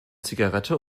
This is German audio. zigarette